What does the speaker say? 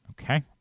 Okay